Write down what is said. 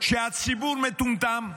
שהציבור מטומטם?